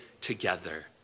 together